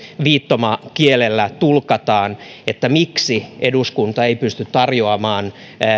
viittomakielellä tulkataan niin miksi eduskunta ei pysty tarjoamaan